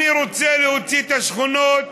אני רוצה להוציא את השכונות